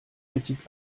petites